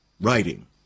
writing